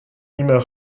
immer